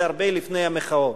זה הרבה לפני המחאות.